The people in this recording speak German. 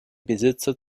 besitzer